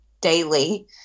daily